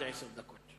עד עשר דקות.